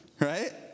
right